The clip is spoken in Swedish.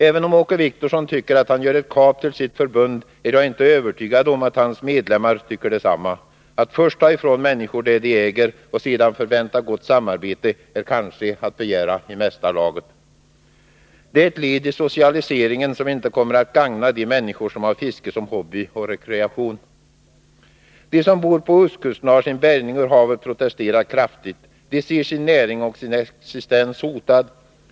Även om Åke Wictorsson tycker att han gör ett kap till sitt förbund, är jag inte övertygad om att hans medlemmar tycker detsamma. Att först ta ifrån människor det de äger och sedan förvänta gott samarbete är kanske att begära i mesta laget. Det är ett led i socialiseringen, som inte kommer att gagna de människor som har fiske som hobby och rekreation. De som bor på ostkusten och har sin bärgning ur havet protesterar kraftigt. De ser sin näring och sin existens hotade.